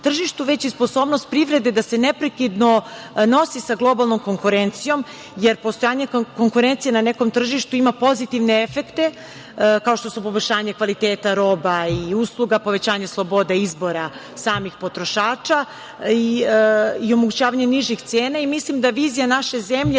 već i sposobnost privrede da se neprekidno nosi sa globalnom konkurencijom, jer postojanje konkurencije na nekom tržištu ima pozitivne efekte, kao što su poboljšanje kvaliteta roba i usluga, povećanje slobode izbora samih potrošača i omogućavanje nižih cena. Mislim da vizija naše zemlje